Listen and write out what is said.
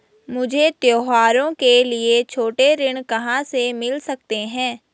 मुझे त्योहारों के लिए छोटे ऋण कहाँ से मिल सकते हैं?